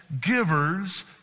givers